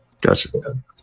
Gotcha